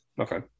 okay